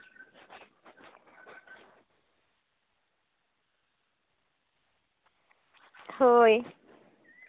ᱦᱳᱭ